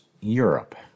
Europe